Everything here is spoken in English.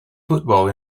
football